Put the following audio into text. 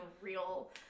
real